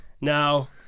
now